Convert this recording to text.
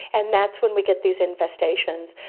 and that's when we get these infestations.